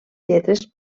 lletres